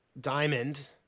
diamond –